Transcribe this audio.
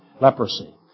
leprosy